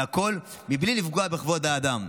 והכול מבלי לפגוע בכבוד האדם.